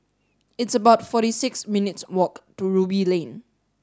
it's about forty six minutes' walk to Ruby Lane